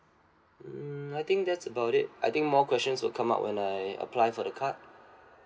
mm I think that's about it I think more questions will come out when I apply for the card